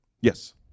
Yes